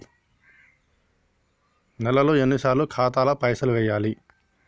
నెలలో ఎన్నిసార్లు ఖాతాల పైసలు వెయ్యాలి?